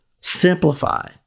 simplify